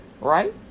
right